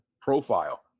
profile